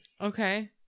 Okay